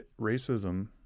Racism